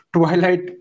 Twilight